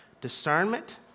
Discernment